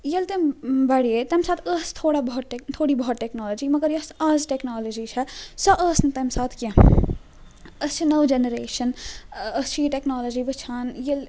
ییٚلہِ تِم بَڑھیے تَمہِ ساتہٕ ٲس تھوڑا بہت ٹیٚک تھوڑی بہت ٹیٚکنالوجی مگر یۄس آز ٹیٚکنالوجی چھِ سۄ ٲس نہٕ تَمہِ ساتہٕ کیٚنٛہہ أسۍ چھِ نٔو جنریشَن ٲں أسۍ چھِ یہِ ٹیٚکنالوجی وُچھان ییٚلہِ